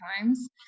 times